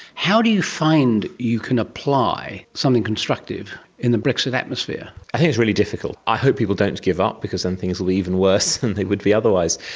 how do you find you can apply something constructive in the brexit atmosphere? i think it's really difficult, i hope people don't give up because then things will be even worse than they would be otherwise.